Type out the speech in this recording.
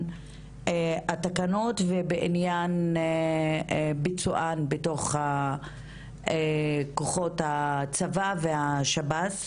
התקנות ובעניין ביצוען בתוך כוחות הצבא והשב"ס.